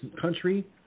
country